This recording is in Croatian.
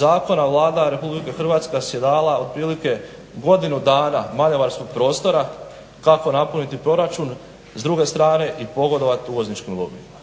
zakona Vlada Republike Hrvatske si je dala otprilike godinu dana manevarskog prostora kako napuniti proračun, s druge strane i pogodovati uvozničkim lobijima.